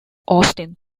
austin